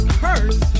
curse